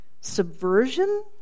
subversion